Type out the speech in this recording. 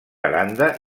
aranda